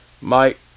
Mike